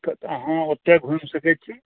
तऽ अहाँ ओतऽ घुमि सकैत छी